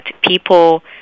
people